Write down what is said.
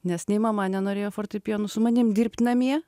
nes nei mama nenorėjo fortepijonu su manim dirbt namie